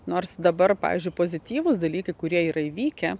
nors dabar pavyzdžiui pozityvūs dalykai kurie yra įvykę